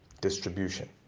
distribution